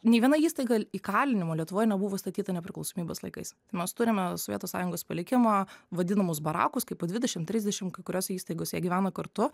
nei viena įstaiga įkalinimo lietuvoje nebuvo statyta nepriklausomybės laikais mes turime sovietų sąjungos palikimą vadinamus barakus kai po dvidešim trisdešim kai kuriose įstaigose jie gyvena kartu